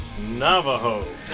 Navajo